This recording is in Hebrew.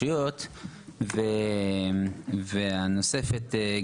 והנוספת גם כן צריכה אני חושב לעלות פה לאוויר.